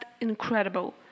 incredible